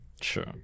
Sure